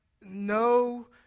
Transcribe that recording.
no